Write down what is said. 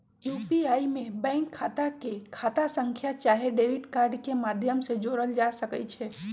UPI में bank खता के खता संख्या चाहे डेबिट कार्ड के माध्यम से जोड़ल जा सकइ छै